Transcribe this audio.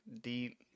deep